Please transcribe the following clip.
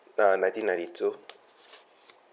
uh nineteen ninety two